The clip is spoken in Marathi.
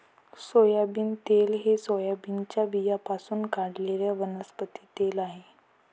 सोयाबीन तेल हे सोयाबीनच्या बियाण्यांपासून काढलेले वनस्पती तेल आहे